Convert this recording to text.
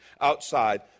outside